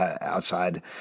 outside